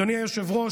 אדוני היושב-ראש,